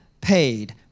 paid